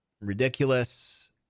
ridiculous